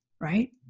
right